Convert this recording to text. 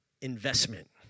investment